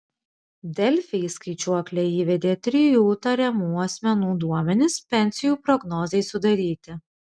delfi į skaičiuoklę įvedė trijų tariamų asmenų duomenis pensijų prognozei sudaryti